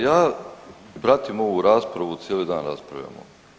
Ja pratim ovu raspravu, cijeli dan raspravljamo.